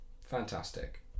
Fantastic